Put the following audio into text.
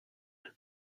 but